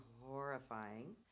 horrifying